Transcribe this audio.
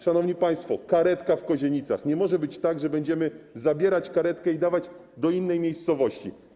Szanowni państwo, sprawa karetki w Kozienicach - nie może być tak, że będziemy zabierać karetkę i dawać do innej miejscowości.